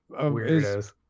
Weirdos